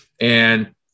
And-